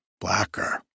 blacker